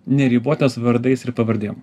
neribotas vardais ir pavardėm